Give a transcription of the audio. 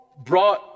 brought